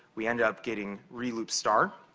we end up getting reloop star,